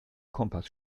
kompass